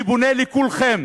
אני פונה לכולכם,